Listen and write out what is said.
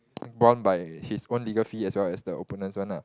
bond by his own legal fee as well as the opponents one lah